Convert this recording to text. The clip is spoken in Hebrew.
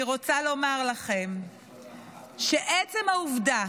אני רוצה לומר לכם שעצם העובדה